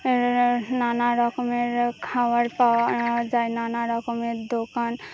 নানা রকমের খাওয়ার পাওয়া যায় নানা রকমের দোকান